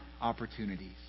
opportunities